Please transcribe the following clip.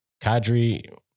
Kadri